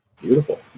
Beautiful